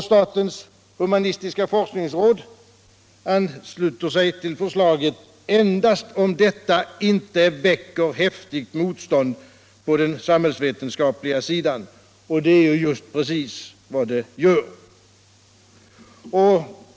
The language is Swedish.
Statens humanistiska forskningsråd ansluter sig till förslaget endast om detta inte ” väcker häftigt motstånd på den samhällsvetenskapliga sidan”. Och det är just precis vad det gör.